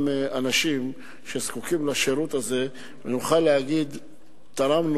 זה: הוועדה והשר לא יכולים לתת כמה שהם רוצים.